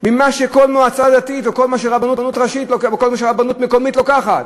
ממה שכל מועצה דתית או מכל מה שרבנות מקומית לוקחת.